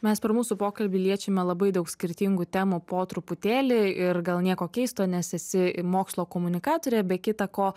mes per mūsų pokalbį liečiame labai daug skirtingų temų po truputėlį ir gal nieko keisto nes esi mokslo komunikatorė be kita ko